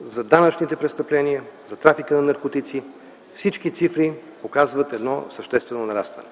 за данъчните престъпления, за трафика на наркотици. Всички цифри показват съществено нарастване.